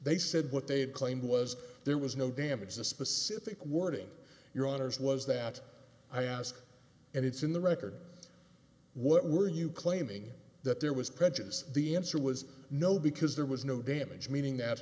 they said what they had claimed was there was no damage to the specific wording your honour's was that i asked and it's in the record what were you claiming that there was prejudice the answer was no because there was no damage meaning that